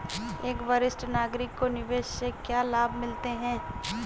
एक वरिष्ठ नागरिक को निवेश से क्या लाभ मिलते हैं?